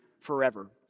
forever